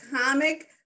comic